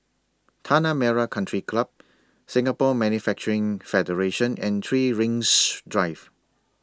Tanah Merah Country Club Singapore Manufacturing Federation and three Rings Drive